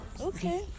Okay